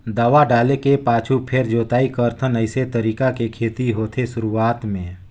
दवा डाले के पाछू फेर जोताई करथन अइसे तरीका के खेती होथे शुरूआत में